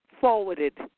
forwarded